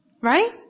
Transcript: Right